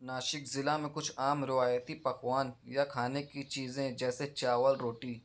ناسک ضلع میں کچھ عام روایتی پکوان یا کھانے کی چیزیں جیسے چاول روٹی